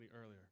earlier